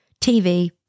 TV